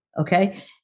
Okay